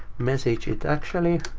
message, it actually,